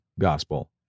gospel